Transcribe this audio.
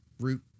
root